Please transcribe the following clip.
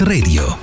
Radio